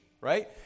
right